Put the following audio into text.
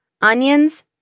Onions